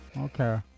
Okay